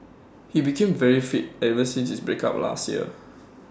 he became very fit ever since his break up last year